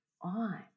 on